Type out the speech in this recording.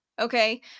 Okay